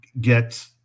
get